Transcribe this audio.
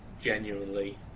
genuinely